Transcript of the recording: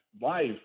life